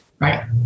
right